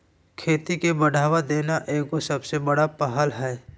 खेती के बढ़ावा देना एगो सबसे बड़ा पहल हइ